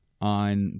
on